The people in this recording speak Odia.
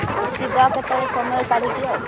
ଓ ଯିବା କେତେବେଳେ ସମୟ କାଢ଼ିକି ଆଉ